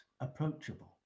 approachable